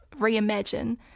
reimagine